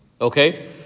Okay